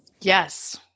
Yes